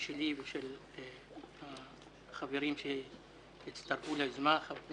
שלי ושל חברים שהצטרפו ליוזמה חברי